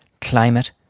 climate